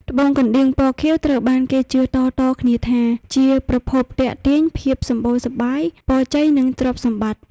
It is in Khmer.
ត្បូងកណ្តៀងពណ៌ខៀវ ត្រូវបានគេជឿតៗគ្នាថា ជាប្រភពទាក់ទាញភាពសម្បូរសប្បាយ ពរជ័យ និងទ្រព្យសម្បត្តិ។